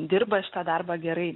dirba šitą darbą gerai